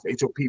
Hop